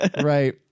Right